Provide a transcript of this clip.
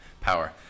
power